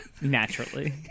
Naturally